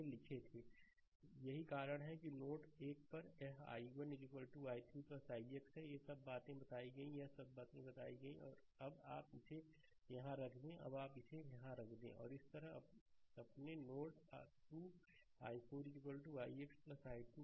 slide समय देखें 2410 यही कारण है कि नोड 1 पर यह i1 i3 ix है यह सब बातें बताई गई हैं यह सब बातें बताई गई हैं अब आप इसे यहाँ रख दें अब आप इसे यहाँ रख देंगे स्लाइड समय देखें 2421 और इसी तरह अपने नोड 2 i4 ix i2 पर